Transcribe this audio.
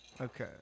Okay